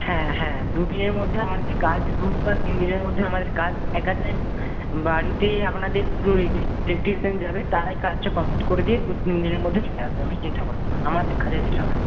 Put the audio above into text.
হ্যাঁ হ্যাঁ দুদিনের মধ্যে আমাদের কাজ দু বা তিন দিনের মধ্যে আমাদের কাজ এক আধ জায়গায় বাড়িতে আপনাদের দুটো ইলেকট্রিশিয়ান যাবে তারাই কাজটা কমপ্লিট করে দিয়ে দু তিন দিনের মধ্যে সারতে হবে আপনি চিন্তা করবেন না আমাদের কাজের হবে না